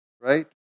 right